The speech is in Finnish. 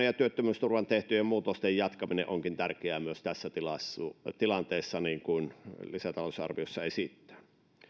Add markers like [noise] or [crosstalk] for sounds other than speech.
[unintelligible] ja työttömyysturvaan tehtyjen muutosten jatkaminen onkin tärkeää myös tässä tilanteessa niin kuin lisätalousarviossa esitetään